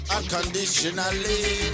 Unconditionally